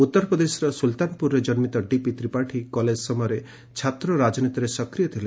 ଉତ୍ତର ପ୍ରଦେଶର ସୁଲ୍ତାନପୁରରେ କନ୍କିତ ଡିପି ତ୍ରିପାଠୀ କଲେଜ ସମୟରେ ଛାତ୍ର ରାଜନୀତିରେ ସକ୍ରିୟ ଥିଲେ